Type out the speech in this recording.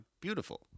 beautiful